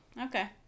Okay